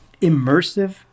immersive